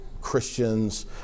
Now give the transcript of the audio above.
Christians